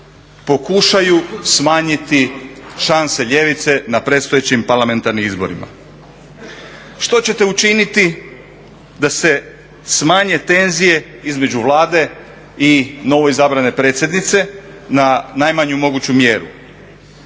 pokušaju smanjiti šanse ljevice na predstojećim parlamentarnim izborima. Što ćete učiniti da se smanje tenzije između Vlade i novoizabrane predsjednice na najmanju moguću mjeru?